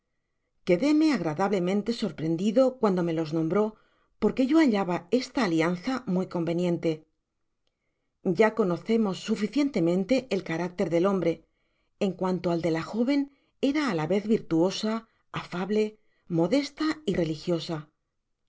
susana quedéme agradablemente sorprendido cuando me los nombró porque yo hallaba esta alianza muy conveniente ya conocemos suficientemente el carácter del hombre en cuanto al de la jóven era á la vez virtuosa afable modesta y religiosa